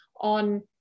on